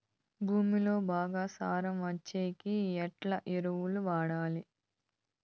భూమిలో బాగా సారం వచ్చేకి ఎట్లా ఎరువులు వాడాలి?